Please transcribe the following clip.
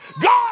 God